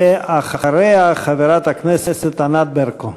ואחריה, חברת הכנסת ענת ברקו.